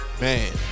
Man